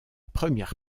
première